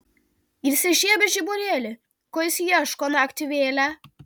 įsižiebęs žiburėlį ko jis ieško naktį vėlią